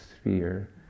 sphere